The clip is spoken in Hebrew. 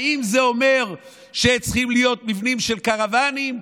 האם זה אומר שצריכים להיות מבנים של קרוונים?